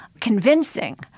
convincing